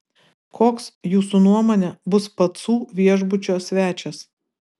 koks jūsų nuomone bus pacų viešbučio svečias